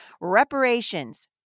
Reparations